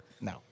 No